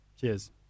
Cheers